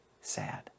sad